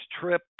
trip